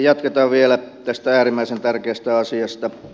jatketaan vielä tästä äärimmäisen tärkeästä asiasta